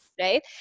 right